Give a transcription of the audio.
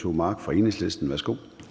Formanden (Søren